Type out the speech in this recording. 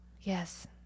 Yes